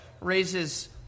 raises